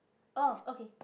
oh okay